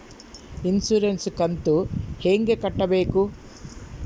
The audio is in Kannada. ಇನ್ಸುರೆನ್ಸ್ ಕಂತು ಹೆಂಗ ಕಟ್ಟಬೇಕು?